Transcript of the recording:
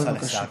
בבקשה.